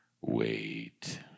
wait